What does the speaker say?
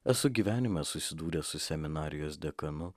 esu gyvenime susidūręs su seminarijos dekanu